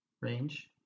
range